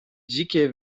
dzikie